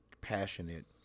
passionate